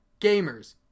Gamers